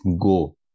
go